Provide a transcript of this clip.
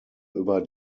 über